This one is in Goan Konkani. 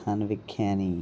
कॅन विख्यानी